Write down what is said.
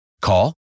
Call